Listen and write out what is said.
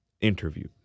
Interview